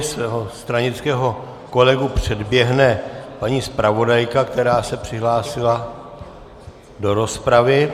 Svého stranického kolegu předběhne paní zpravodajka, která se přihlásila do rozpravy.